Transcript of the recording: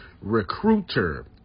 Recruiter